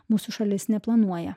mūsų šalis neplanuoja